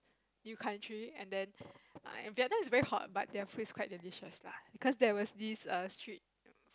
new country and then and Vietnam is very hot but their food is quite delicious lah cause there was this err street